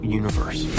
universe